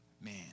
Man